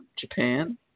Japan